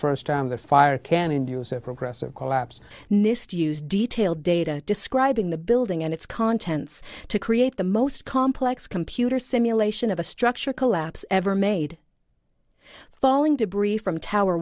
first time the fire can induce ever aggressive collapse nist use detailed data describing the building and its contents to create the most complex computer simulation of a structure collapse ever made falling debris from tower